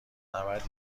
نبرد